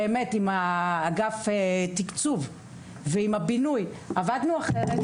באמת עם האגף תקצוב ועם הבינוי עבדנו אחרת,